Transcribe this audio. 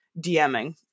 DMing